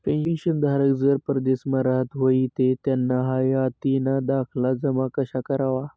पेंशनधारक जर परदेसमा राहत व्हयी ते त्याना हायातीना दाखला जमा कशा करवा?